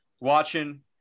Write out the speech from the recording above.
watching